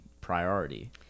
priority